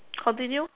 continue